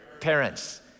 Parents